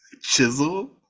Chisel